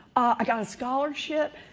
i got a scholarship,